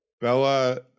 bella